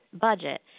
budget